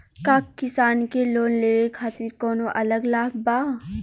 का किसान के लोन लेवे खातिर कौनो अलग लाभ बा?